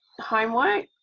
homework